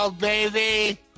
baby